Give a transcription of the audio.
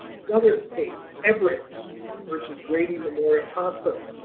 another case everett versus grady memorial hospital